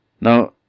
Now